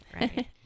right